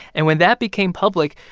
and when that became public,